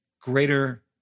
greater